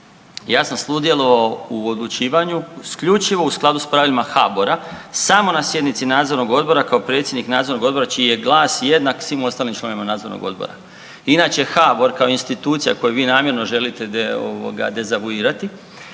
Ja sam sudjelovao u odlučivanju isključivo u skladu s pravilima HABOR-a samo na sjednici nadzornog odbora kao predsjednik nadzornog odbora čiji je glas jednak svim ostalim članovima nadzornog odbora. Inače HABOR kao institucija koji vi namjerno želi de ovoga dezavuirati